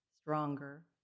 stronger